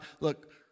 Look